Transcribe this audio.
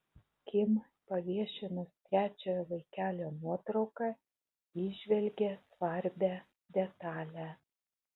kim paviešinus trečiojo vaikelio nuotrauką įžvelgė svarbią detalę